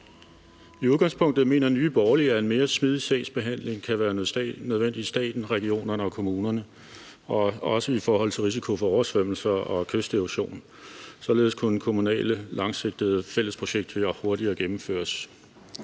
I udgangspunktet mener Nye Borgerlige, at en mere smidig sagsbehandling kan være nødvendig i staten, regionerne og kommunerne, også i forhold til risiko for oversvømmelser og kysterosion. Således kunne kommunale langsigtede fællesprojekter hurtigere gennemføres.